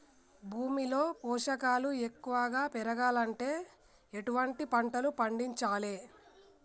భూమిలో పోషకాలు ఎక్కువగా పెరగాలంటే ఎటువంటి పంటలు పండించాలే?